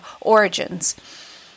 origins